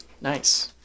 nice